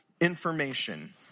information